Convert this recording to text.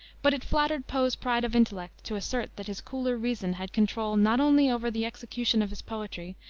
but it flattered poe's pride of intellect to assert that his cooler reason had control not only over the execution of his poetry,